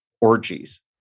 orgies